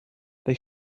they